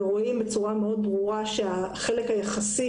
ורואים בצורה מאוד ברורה שהחלק היחסי